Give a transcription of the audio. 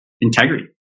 integrity